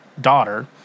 daughter